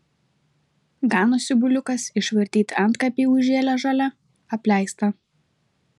ganosi buliukas išvartyti antkapiai užžėlę žole apleista